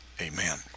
amen